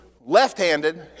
left-handed